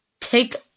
take